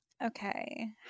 Okay